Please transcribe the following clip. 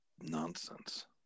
nonsense